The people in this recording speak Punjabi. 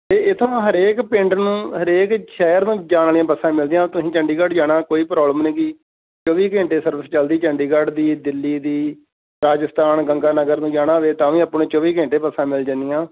ਏ ਇਹ ਤਾਂ ਹਰੇਕ ਪਿੰਡ ਨੂੰ ਹਰੇਕ ਸ਼ਹਿਰ ਨੂੰ ਜਾਣ ਵਾਲੀਆਂ ਬੱਸਾਂ ਮਿਲਦੀਆਂ ਤੁਸੀਂ ਚੰਡੀਗੜ੍ਹ ਜਾਣਾ ਕੋਈ ਪ੍ਰੋਬਲਮ ਨਹੀਂ ਗੀ ਚੌਵੀ ਘੰਟੇ ਸਰਵਿਸ ਚਲਦੀ ਚੰਡੀਗੜ੍ਹ ਦੀ ਦਿੱਲੀ ਦੀ ਰਾਜਸਥਾਨ ਗੰਗਾਨਗਰ ਨੂੰ ਜਾਣਾ ਹੋਵੇ ਤਾਂ ਵੀ ਆਪਾਂ ਨੂੰ ਚੌਵੀ ਘੰਟੇ ਬੱਸਾਂ ਮਿਲ ਜਾਂਦੀਆਂ